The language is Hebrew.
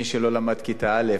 מי שלא למד בכיתה א',